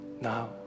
Now